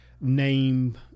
name